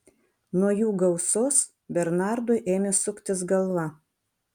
nuo jų gausos bernardui ėmė suktis galva